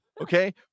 Okay